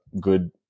good